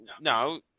no